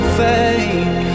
fade